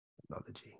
technology